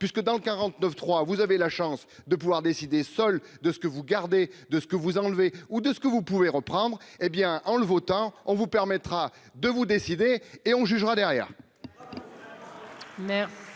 puisque, dans le 49 3 vous avez la chance de pouvoir décider seul de ce que vous gardez de ce que vous enlevez ou de ce que vous pouvez reprendre hé bien en le votant on vous permettra de vous décider et on jugera derrière.